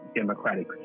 democratic